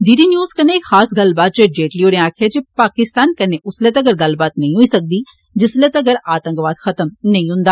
D D news कन्नै इक खास गल्लबात च जेटली होरें आक्खेआ जे पाकिस्तान कन्नै उसले तगर गल्लबात नेई होई सकदी जिसले तगर आतंकवाद खत्म नेई हुन्दा